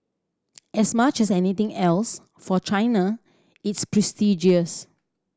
as much as anything else for China it's prestigious